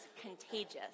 contagious